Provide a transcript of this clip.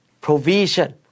provision